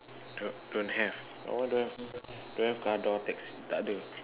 don't don't have all don't have don't have car door taxi tak ada